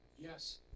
Yes